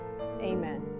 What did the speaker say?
Amen